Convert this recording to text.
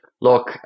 look